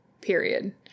period